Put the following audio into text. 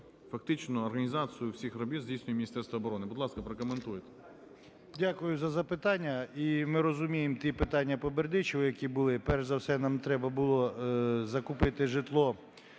Фактично організацію всіх робіт здійснює Міністерство оборони. Будь ласка, прокоментуйте. 11:08:25 ПАВЛОВСЬКИЙ І.В. Дякую за запитання. І ми розуміємо ті питання по Бердичеву, які були. Перш за все нам треба було закупити житло